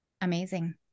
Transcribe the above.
Amazing